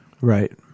right